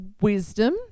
wisdom